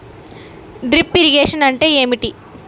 Drip irrigation అంటే ఏమిటి?